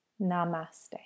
Namaste